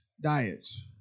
diets